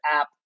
app